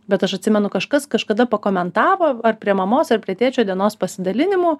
bet aš atsimenu kažkas kažkada pakomentavo ar prie mamos ar prie tėčio dienos pasidalinimų